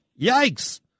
Yikes